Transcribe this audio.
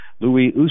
Louis